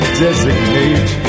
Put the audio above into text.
designate